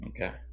okay